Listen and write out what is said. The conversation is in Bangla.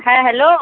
হ্যাঁ হ্যালো